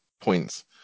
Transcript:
points